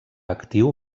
actiu